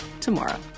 tomorrow